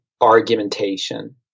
argumentation